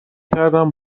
کردم